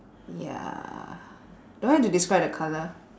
ya do I have to describe the colour